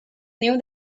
niu